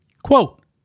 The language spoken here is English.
Quote